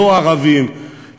לא ערבים,